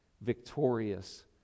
victorious